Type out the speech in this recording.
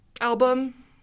album